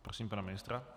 Prosím pana ministra.